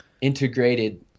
integrated